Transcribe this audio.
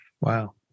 Wow